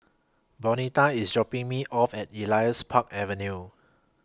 Bonita IS dropping Me off At Elias Park Avenue